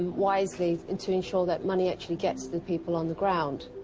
wisely, and to ensure that money actually gets to the people on the ground.